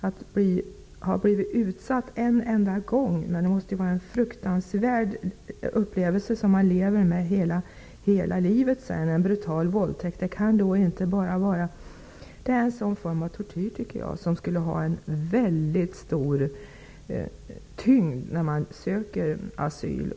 Att ha blivit utsatt för en brutal våldtäkt en enda gång måste ju vara en fruktansvärd upplevelse som man bär med sig hela livet. Jag ser det som en form av tortyr, som borde ha en väldigt stor tyngd för en som söker asyl.